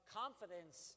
confidence